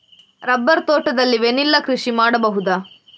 Rubber ತೋಟದಲ್ಲಿ vanilla ಕೃಷಿ ಮಾಡಬಹುದಾ?